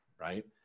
right